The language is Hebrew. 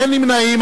אין נמנעים.